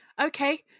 Okay